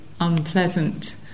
unpleasant